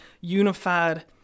unified